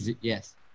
yes